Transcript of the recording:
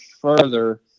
further